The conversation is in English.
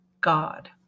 God